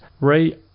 Ray